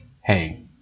hey